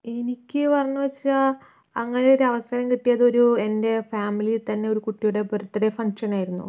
എനിക്ക് പറഞ്ഞുവെച്ചാൽ അങ്ങനെ ഒരു അവസരം കിട്ടിയത് ഒരു എൻ്റെ ഫാമിലിയിൽ തന്നെ ഒരു കുട്ടിയുടെ ബർത്ത് ഡേ ഫങ്ക്ഷൻ ആയിരുന്നു